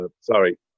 sorry